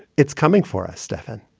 it's coming for us, stefan.